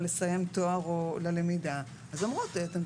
לדעתנו